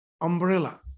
umbrella